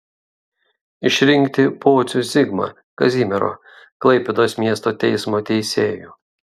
išrinkti pocių zigmą kazimiero klaipėdos miesto teismo teisėju